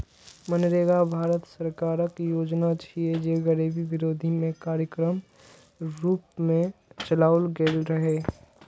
मनरेगा भारत सरकारक योजना छियै, जे गरीबी विरोधी कार्यक्रमक रूप मे चलाओल गेल रहै